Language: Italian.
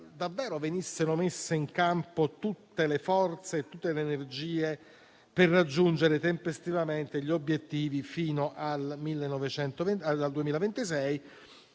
davvero venissero messe in campo tutte le forze e tutte le energie per raggiungere tempestivamente gli obiettivi fino al 2026,